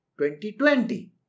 2020